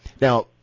Now